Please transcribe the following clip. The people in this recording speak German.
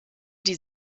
die